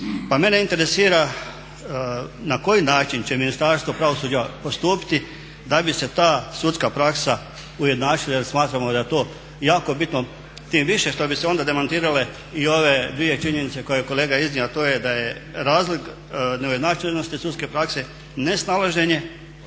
Pa mene interesira na koji način će Ministarstvo pravosuđa postupiti da bi se ta sudska praksa ujednačila jer smatramo da je to jako bitno, tim više što bi se onda demantirale i ove dvije činjenice koje je kolega iznio a to je da je ujednačenost sudske prakse nesnalaženje,